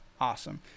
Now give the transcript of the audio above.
Awesome